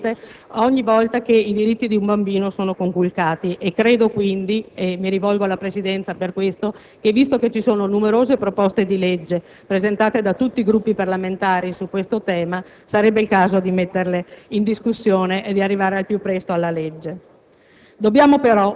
specificatamente, ogni volta che i diritti di un bambino sono conculcati. Credo quindi, per questo mi rivolgo alla Presidenza, che siccome ci sono numerose proposte di legge presentate tutti i Gruppi parlamentari su questo tema, sarebbe il caso di metterle in discussione e di arrivare al più presto